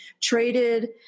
Traded